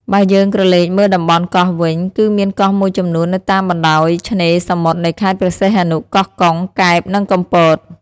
បើយើងក្រលេកមើលតំបន់កោះវិញ គឺមានកោះមួយចំនួននៅតាមបណ្ដោយឆ្នេរសមុទ្រនៃខេត្តព្រះសីហនុ កោះកុង កែប និងកំពត។